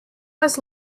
was